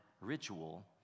ritual